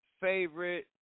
favorite